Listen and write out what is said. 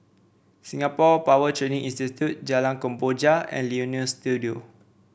Singapore Power Training Institute Jalan Kemboja and Leonie Studio